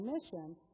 mission